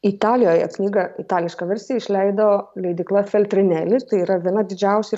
italijoje knyga itališka versija išleido leidykla feltrinelis tai yra viena didžiausių